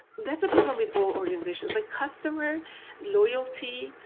that's a problem with all organizations, like customer loyalty,